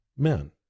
men